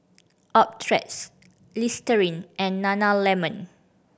Optrex Listerine and Nana Lemon